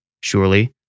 Surely